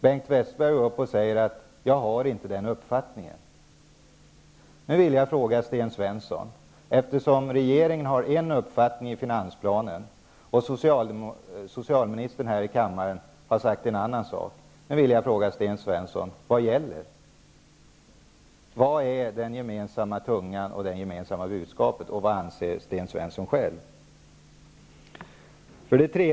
Bengt Westerberg svarade: Jag har inte den uppfattningen. Svensson: Vad gäller? Vad säger den gemensamma tungan, vad är det gemensamma budskapet? Och vad anser Sten Svensson själv?